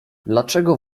dlaczego